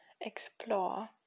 explore